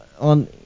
on